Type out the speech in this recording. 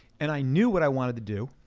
and i knew what i wanted to do,